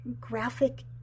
graphic